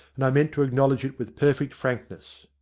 and i meant to acknowledge it with perfect frankness.